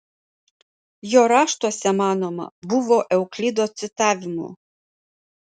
jo raštuose manoma buvo euklido citavimų